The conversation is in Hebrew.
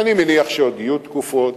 ואני מניח שעוד יהיו תקופות,